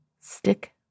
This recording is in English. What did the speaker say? stick